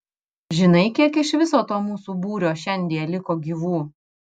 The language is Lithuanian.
žinai kiek iš viso to mūsų būrio šiandie liko gyvų